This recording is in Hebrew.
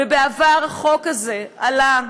ובעבר החוק הזה עלה,